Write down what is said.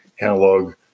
analog